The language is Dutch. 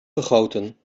gegoten